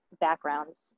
backgrounds